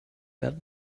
that